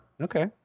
Okay